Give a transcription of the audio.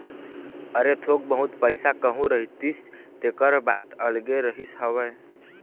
अरे थोक बहुत पइसा कहूँ रहितिस तेखर बात अलगे रहिस हवय